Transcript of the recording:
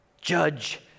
Judge